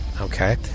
Okay